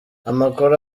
amakuru